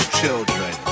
children